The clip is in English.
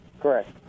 Correct